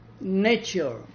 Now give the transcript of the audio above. nature